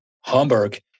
Hamburg